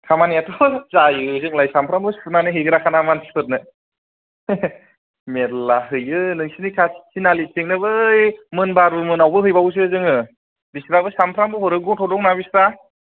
खामानियाथ' जायो जोंलाय सामफ्रामबो सुनानै हैग्राखा मानसिफोरनो मेरला हैयो नोंसिनि खाथि थिनालि थिंनो बै मोनबारु मोनावबो हैबावोसो जोङो बिसिबाबो सामफ्रोमबो हरो गथ' दंना बिस्रा